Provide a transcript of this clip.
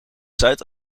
zuid